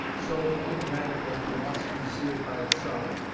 so enigmatical to us who see it by itself,